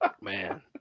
Man